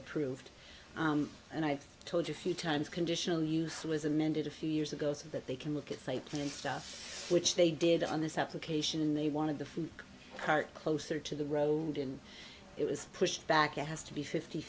approved and i told you a few times conditional use was amended a few years ago so that they can look at slightly stuff which they did on this application and they wanted the food cart closer to the road and it was pushed back it has to be fifty